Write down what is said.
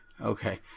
Okay